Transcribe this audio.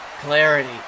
clarity